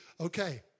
okay